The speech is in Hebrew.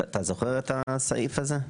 זוכר את הסעיף הזה?